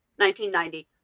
1990